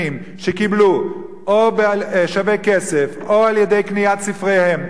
שקיבלו או בשווה כסף או על-ידי קניית ספריהם,